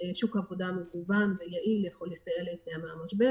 שוק העבודה מגוון ויעיל יכול לסייע ליציאה מהמשבר.